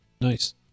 nice